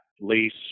lease